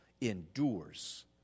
endures